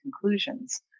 conclusions